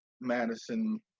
Madison